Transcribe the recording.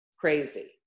crazy